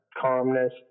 calmness